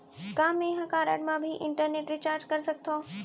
का मैं ह कारड मा भी इंटरनेट रिचार्ज कर सकथो